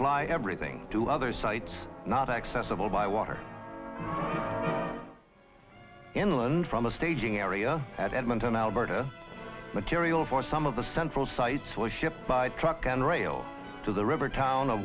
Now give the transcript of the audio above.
fly everything to other sites not accessible by water inland from a staging area at edmonton alberta material for some of the central sites where shipped by truck and rail to the river town of